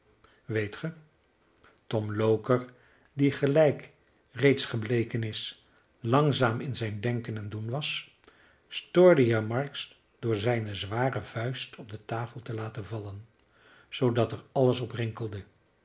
ge tom loker die gelijk reeds gebleken is langzaam in zijn denken en doen was stoorde hier marks door zijne zware vuist op de tafel te laten vallen zoodat er alles op rinkelde